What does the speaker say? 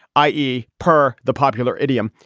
i e. per the popular idiom.